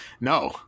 no